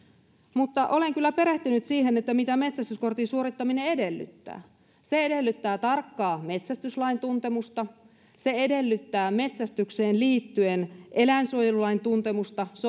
mutta olen kyllä perehtynyt siihen mitä metsästyskortin suorittaminen edellyttää se edellyttää tarkkaa metsästyslain tuntemusta se edellyttää metsästykseen liittyen eläinsuojelulain tuntemusta